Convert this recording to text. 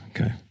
Okay